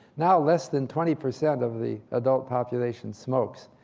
now less than twenty percent of the adult population smokes.